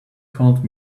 called